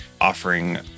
offering